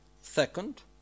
second